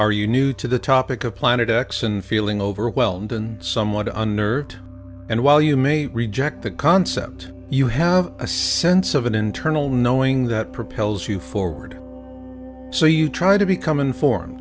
are you new to the topic of planet x and feeling overwhelmed and somewhat unnerved and while you may reject the concept you have a sense of an internal knowing that propels you forward so you try to become informed